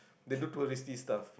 they do tourist stuff